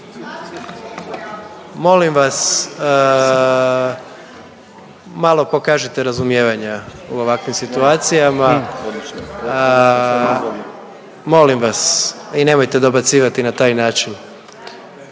Molim vas malo pokažite razumijevanja u ovakvim situacijama, molim vas i nemojte dobacivati na taj način.